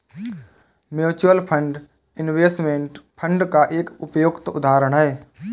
mutual fund investment fund का एक उपयुक्त उदाहरण है